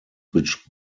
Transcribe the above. which